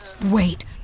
wait